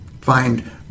find